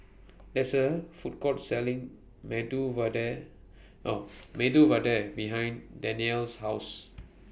There IS A Food Court Selling Medu Vada Medu Vada behind Danyel's House